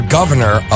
governor